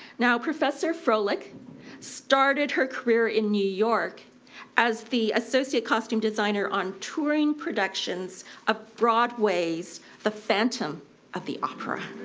now professor froelich started her career in new york as the associate costume designer on touring productions of ah broadway's the phantom of the opera